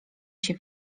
się